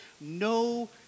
no